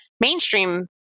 mainstream